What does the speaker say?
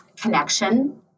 connection